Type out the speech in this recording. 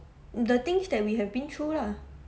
the things that we have been through lah